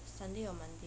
sunday or monday